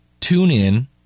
TuneIn